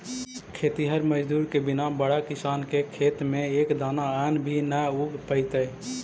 खेतिहर मजदूर के बिना बड़ा किसान के खेत में एक दाना अन्न भी न उग पइतइ